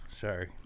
Sorry